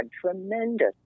tremendous